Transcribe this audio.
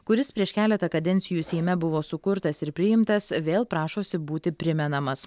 kuris prieš keletą kadencijų seime buvo sukurtas ir priimtas vėl prašosi būti primenamas